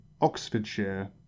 oxfordshire